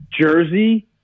Jersey